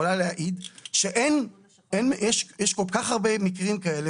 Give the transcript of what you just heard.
יכולה להעיד שיש כל כך הרבה מקרים כאלה